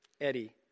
Eddie